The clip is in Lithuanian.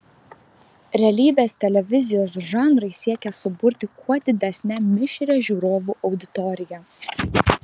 realybės televizijos žanrai siekia suburti kuo didesnę mišrią žiūrovų auditoriją